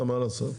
מה לעשות?